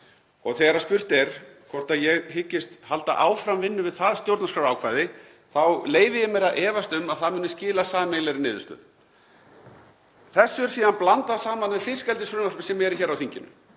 Þegar spurt er hvort ég hyggist halda áfram vinnu við það stjórnarskrárákvæði leyfi ég mér að efast um að það muni skila sameiginlegri niðurstöðu. Þessu er síðan blandað saman við fiskeldisfrumvarpið sem er hér á þinginu